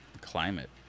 climate